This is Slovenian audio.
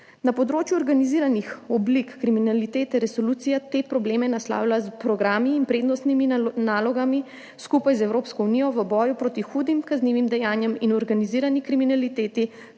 Na področju organiziranih oblik kriminalitete resolucija te probleme naslavlja s programi in prednostnimi nalogami skupaj z Evropsko unijo v boju proti hudim kaznivim dejanjem in organizirani kriminaliteti,